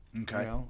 Okay